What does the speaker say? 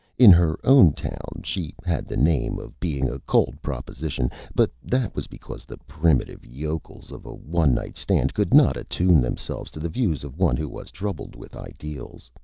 in her own town she had the name of being a cold proposition, but that was because the primitive yokels of a one-night stand could not attune themselves to the views of one who was troubled with ideals.